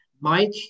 Mike